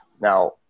now